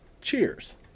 Cheers